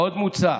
עוד מוצע